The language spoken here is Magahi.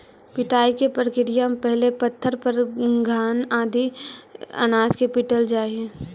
पिटाई के प्रक्रिया में पहिले पत्थर पर घान आदि अनाज के पीटल जा हइ